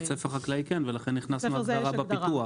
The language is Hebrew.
בית ספר חקלאי כן, ולכן הכנסנו הגדרה בפיתוח.